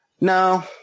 No